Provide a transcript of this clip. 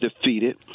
defeated